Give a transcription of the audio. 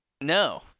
No